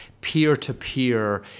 peer-to-peer